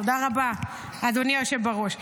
תודה רבה, אדוני היושב-ראש.